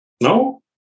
No